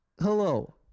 hello